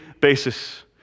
basis